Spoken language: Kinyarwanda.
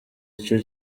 icyo